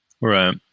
Right